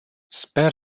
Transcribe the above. sper